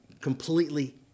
completely